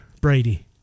Brady